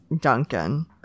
duncan